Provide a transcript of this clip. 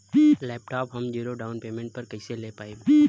Laptop हम zero down payment पर कैसे ले पाएम?